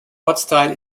ortsteil